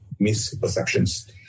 misperceptions